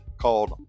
called